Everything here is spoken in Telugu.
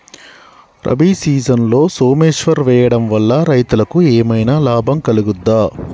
రబీ సీజన్లో సోమేశ్వర్ వేయడం వల్ల రైతులకు ఏమైనా లాభం కలుగుద్ద?